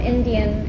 Indian